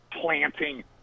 planting